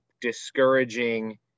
discouraging